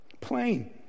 Plain